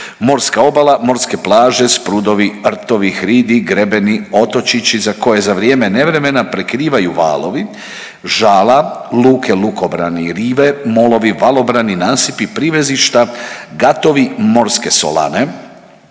morska obala, morske plaže, sprudovi, rtovi, hridi, grebeni, otočići za koje za vrijeme nevremena prekrivaju valovi, žala, luke, lukobrani i rive, molovi, valobrani, nasipi, privezišta, gatovi, morske solane,